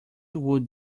would